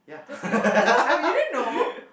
that's why that's why you didn't know